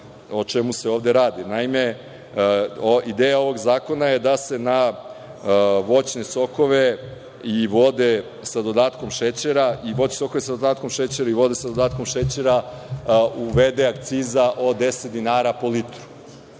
o čemu se ovde radi. Naime, ideja ovog zakona je da se na voćne sokove sa dodatkom šećera i vode sa dodatkom šećera uvede akciza od 10 dinara po litru.